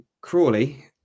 Crawley